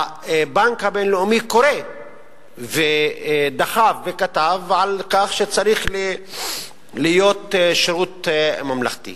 הבנק הבין-לאומי קרא ודחף וכתב על כך שצריך להיות שירות ממלכתי.